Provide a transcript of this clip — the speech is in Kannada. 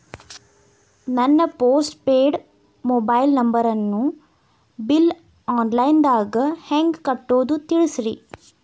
ನನ್ನ ಪೋಸ್ಟ್ ಪೇಯ್ಡ್ ಮೊಬೈಲ್ ನಂಬರನ್ನು ಬಿಲ್ ಆನ್ಲೈನ್ ದಾಗ ಹೆಂಗ್ ಕಟ್ಟೋದು ತಿಳಿಸ್ರಿ